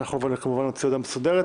אבל אנחנו כמובן נוציא הודעה מסודרת,